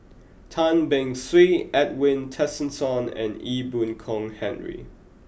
Tan Beng Swee Edwin Tessensohn and Ee Boon Kong Henry